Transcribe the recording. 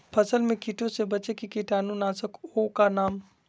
फसल में कीटों से बचे के कीटाणु नाशक ओं का नाम?